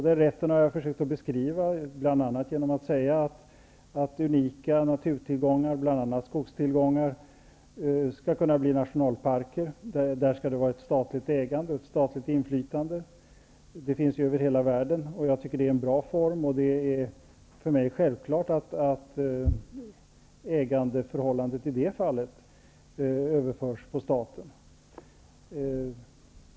Den rätten har jag försökt beskriva, bl.a. genom att säga att unika naturtillgångar, som skogstillgångar, skall kunna bli nationalparker, och där skall det vara ett statligt ägande, ett statligt inflytande. Det finns över hela världen, och det är en bra form. För mig är det självklart att ägandeförhållandet i det fallet överförs till staten.